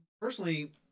personally